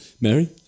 Mary